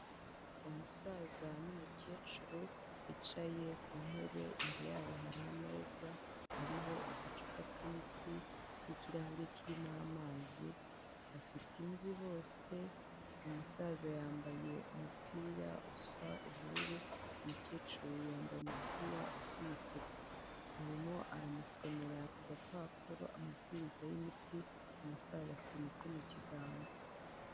Umusaza n'umukecuru bicaye ku ntebe, imbere yabo hari ameza ariho uducupa tw'imiti n'ikirahure kirimo amazi, bafite imvi bose, umusaza yambaye umupira usa ubururu, umukecuru yambaye umupira usa umutuku, arimo aramusomera ku gapapuro amabwiriza y'imiti, umusaza afite imiti mu kiganza.